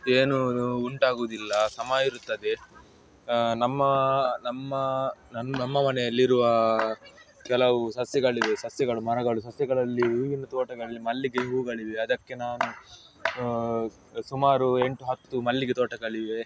ಏನೂ ಉಂಟಾಗೋದಿಲ್ಲ ಸಮ ಇರುತ್ತದೆ ನಮ್ಮ ನಮ್ಮ ನನ್ನ ನಮ್ಮ ಮನೆಯಲ್ಲಿರುವ ಕೆಲವು ಸಸ್ಯಗಳಿವೆ ಸಸ್ಯಗಳು ಮರಗಳು ಸಸ್ಯಗಳಲ್ಲಿ ಹೂವಿನ ತೋಟಗಳಲ್ಲಿ ಮಲ್ಲಿಗೆ ಹೂಗಳಿವೆ ಅದಕ್ಕೆ ನಾನು ಸುಮಾರು ಎಂಟು ಹತ್ತು ಮಲ್ಲಿಗೆ ತೋಟಗಳಿವೆ